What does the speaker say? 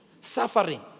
suffering